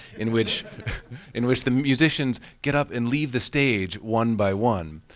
in which in which the musicians get up and leave the stage one by one.